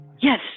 yes